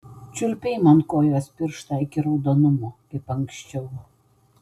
čiulpei man kojos pirštą iki raudonumo kaip anksčiau